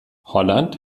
holland